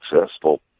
successful